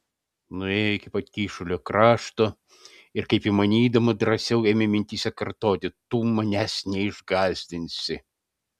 nuėjo iki pat kyšulio krašto ir kaip įmanydama drąsiau ėmė mintyse kartoti tu manęs neišgąsdinsi